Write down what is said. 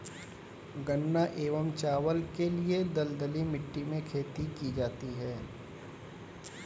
गन्ना एवं चावल के लिए दलदली मिट्टी में खेती की जाती है